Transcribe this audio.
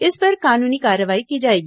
इस पर कानूनी कार्रवाई की जाएगी